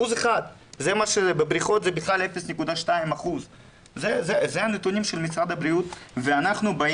אחוז אחד; בבריכות זה בכלל 0.2%. אלו הנתונים של משרד הבריאות,